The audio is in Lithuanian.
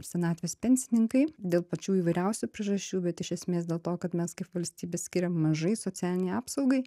senatvės pensininkai dėl pačių įvairiausių priežasčių bet iš esmės dėl to kad mes kaip valstybė skiriam mažai socialinei apsaugai